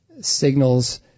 signals